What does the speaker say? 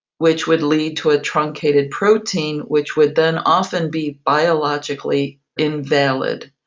which would lead to a truncated protein which would then often be biologically invalid.